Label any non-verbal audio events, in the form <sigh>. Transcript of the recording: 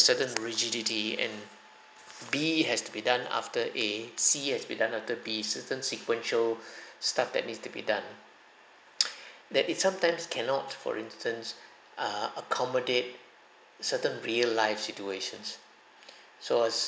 certain rigidity and B has to be done after A C has to be done after B certain sequence show <breath> stuff that needs to be done <noise> that it sometimes cannot for instance err accommodate certain real life situations <breath> so I was